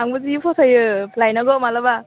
आंबो जि फसायो लायनांगौ मालाबा